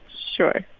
sure.